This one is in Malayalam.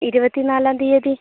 ഇരുപത്തിനാലാം തീയതി